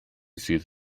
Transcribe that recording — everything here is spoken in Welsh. sydd